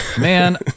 Man